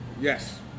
Yes